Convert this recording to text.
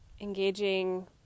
engaging